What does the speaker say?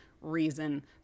reason